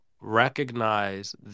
recognize